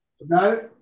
No